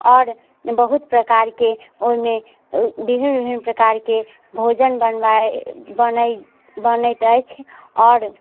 आओर बहुत प्रकारके ओइमे विभिन्न विभिन्न प्रकारके भोजन भी बनबाय बनैत अछि आओर